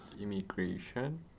immigration